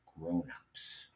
grown-ups